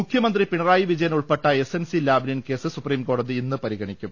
മുഖ്യമന്ത്രി പിണറായി വിജയൻ ഉൾപ്പെട്ട SNC Lavalin case supreme കോടതി ഇന്ന് പരിഗണിക്കും